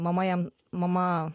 mama jam mama